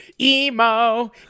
emo